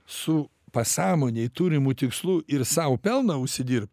su pasąmonėj turimu tikslu ir sau pelną užsidirb